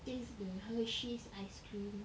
taste the hershey's ice cream